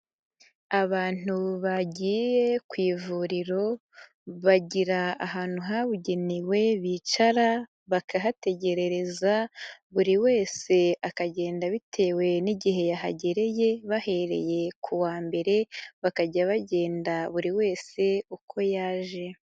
Abantu bagiye ku ivuriro bagira ahantu habugenewe bicara bakahategerereza, buri wese akagenda bitewe n'igihe yahagereye, bahereye ku wa mbere, bakajya bagenda buri wese uko yaje.